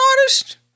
artist